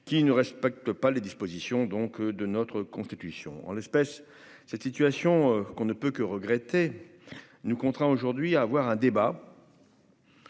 qui ne respecte pas les dispositions, donc de notre constitution, en l'espèce, cette situation qu'on ne peut que regretter nous contraint aujourd'hui à avoir un débat.